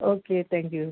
okay thank you